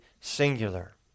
singular